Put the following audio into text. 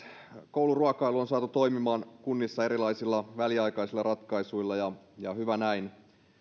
kouluruokailu on saatu toimimaan kunnissa erilaisilla väliaikaisilla ratkaisuilla ja hyvä näin